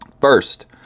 first